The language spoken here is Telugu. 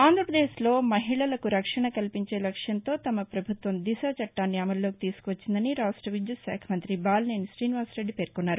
ఆంధ్రాపదేశ్లో మహిళలకు రక్షణ కల్పించే లక్ష్యంతో తమ ప్రభుత్వం దిశ చట్టాన్ని అమలులోకి తీసుకువచ్చిందని రాష్ట్ర విద్యుత్ శాఖ మంతి బాలినేని తీనివాసరెడ్డి పేర్కొన్నారు